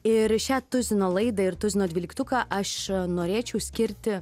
ir šią tuzino laidą ir tuzino dvyliktuką aš norėčiau skirti